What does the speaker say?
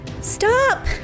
Stop